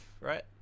right